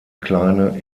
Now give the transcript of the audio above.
kleine